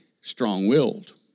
strong-willed